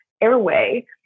airway